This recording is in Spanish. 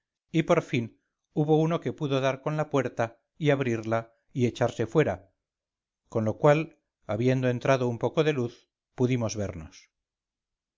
y por fin hubo uno que pudo dar con la puerta y abrirla y echarse fuera con lo cual habiendo entrado un poco de luz pudimos vernos